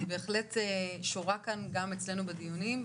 בהחלט שורה כאן גם אצלנו בדיונים,